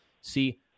See